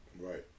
Right